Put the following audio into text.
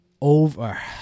Over